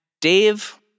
Dave